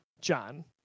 John